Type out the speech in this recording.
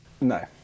No